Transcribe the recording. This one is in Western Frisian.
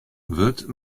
wurd